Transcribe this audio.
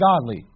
godly